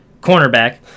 cornerback